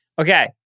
Okay